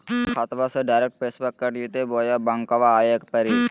खाताबा से डायरेक्ट पैसबा कट जयते बोया बंकबा आए परी?